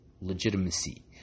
legitimacy